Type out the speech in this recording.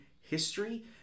history